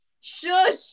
Shush